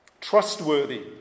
trustworthy